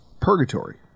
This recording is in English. purgatory